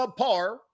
subpar